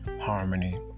harmony